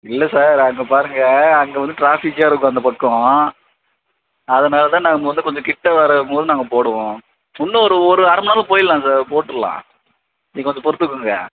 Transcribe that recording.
இல்லை சார் அங்கே பாருங்கள் அங்கே வந்து ட்ராஃபிக்காக இருக்கும் அந்த பக்கம் அதனால் தான் நாங்கள் வந்து கொஞ்சம் கிட்டே வரும்போது நாங்கள் போடுவோம் இன்னோரு ஒரு அரை மணி நேரம் போயிடலாம் சார் போட்டுடுலாம் நீங்கள் கொஞ்சம் பொறுத்துக்கோங்க